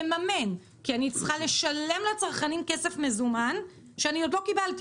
לממן כי אני צריכה לשלם לצרכנים כסף מזומן שאני עדיין לא קיבלתי